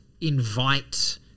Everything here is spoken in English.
invite